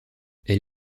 elle